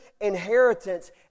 inheritance